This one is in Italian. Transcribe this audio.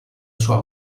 sua